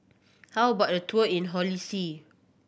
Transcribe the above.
how about a tour in Holy See